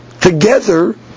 Together